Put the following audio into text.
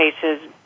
cases